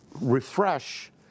refresh